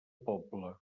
poble